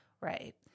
Right